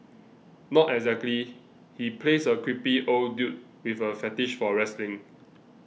not exactly he plays a creepy old dude with a fetish for wrestling